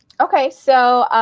ok. so